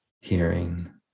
hearing